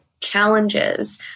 challenges